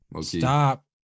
Stop